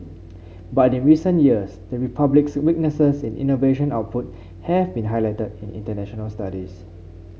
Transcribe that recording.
but in recent years the Republic's weaknesses in innovation output have been highlighted in international studies